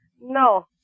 No